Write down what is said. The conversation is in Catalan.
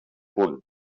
punt